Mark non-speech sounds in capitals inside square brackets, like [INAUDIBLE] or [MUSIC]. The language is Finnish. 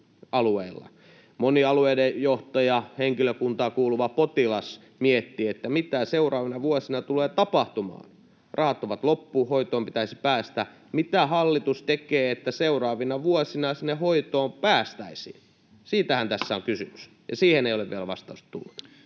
moni alueiden johtaja, henkilökuntaan kuuluva, potilas miettii, mitä seuraavina vuosina tulee tapahtumaan — rahat ovat loppu, hoitoon pitäisi päästä — niin mitä hallitus tekee, että seuraavina vuosina sinne hoitoon päästäisiin? Siitähän tässä on kysymys, [NOISE] ja siihen ei ole vielä vastausta tullut.